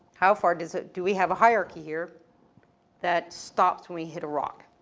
how far does it, do we have a hierarchy here that stops when we hit a rock?